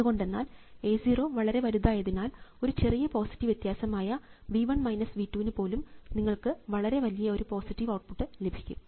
എന്തുകൊണ്ടെന്നാൽ A0 വളരെ വലുതായതിനാൽ ഒരു ചെറിയ പോസിറ്റീവ് വ്യത്യാസം ആയ V 1 V 2 നു പോലും നിങ്ങൾക്ക് വളരെ വലിയ ഒരു പോസിറ്റീവ് ഔട്ട്പുട്ട് ലഭിക്കും